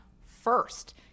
first